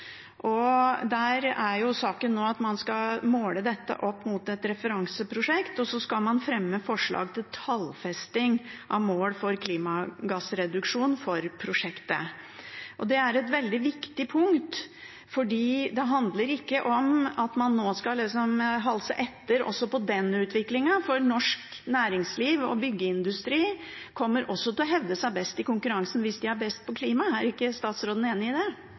fasen. Der er jo saken nå at man skal måle dette opp mot et referanseprosjekt, og så skal man fremme forslag til tallfesting av mål for klimagassreduksjon for prosjektet. Det er et veldig viktig punkt, for det handler ikke om at man nå liksom skal halse etter også på den utviklingen, for norsk næringsliv og byggeindustri kommer også til å hevde seg best i konkurransen hvis de er best på klima. Er ikke statsråden enig i det?